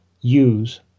use